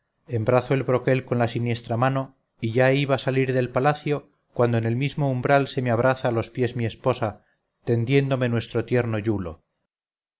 espada embrazo el broquel con la siniestra mano y ya iba a salir del palacio cuando en el mismo umbral se me abraza a los pies mi esposa tendiéndome nuestro tierno iulo